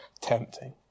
tempting